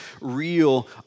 real